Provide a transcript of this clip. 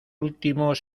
últimos